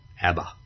Abba